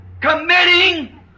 Committing